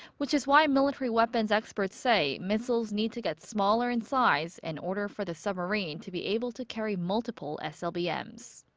which is why military weapons experts experts say missiles need to get smaller in size in order for the submarine to be able to carry multiple slbms.